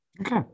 Okay